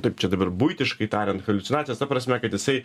taip čia dabar buitiškai tariant haliucinacijos ta prasme kad jisai